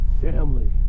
family